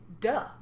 Duh